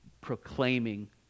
proclaiming